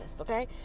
okay